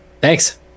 Thanks